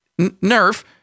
Nerf